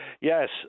Yes